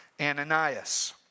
Ananias